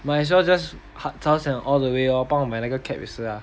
might as well just hard 着想 all the way lor 帮我买那个 cap 也是 lah